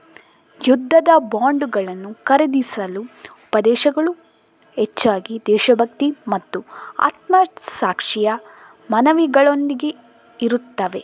ಯುದ್ಧದ ಬಾಂಡುಗಳನ್ನು ಖರೀದಿಸಲು ಉಪದೇಶಗಳು ಹೆಚ್ಚಾಗಿ ದೇಶಭಕ್ತಿ ಮತ್ತು ಆತ್ಮಸಾಕ್ಷಿಯ ಮನವಿಗಳೊಂದಿಗೆ ಇರುತ್ತವೆ